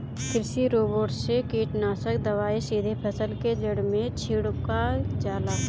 कृषि रोबोट से कीटनाशक दवाई सीधे फसल के जड़ में छिड़का जाला